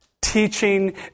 teaching